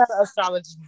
astrology